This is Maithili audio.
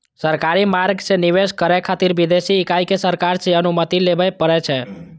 सरकारी मार्ग सं निवेश करै खातिर विदेशी इकाई कें सरकार सं अनुमति लेबय पड़ै छै